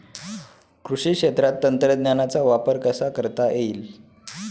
कृषी क्षेत्रात तंत्रज्ञानाचा वापर कसा करता येईल?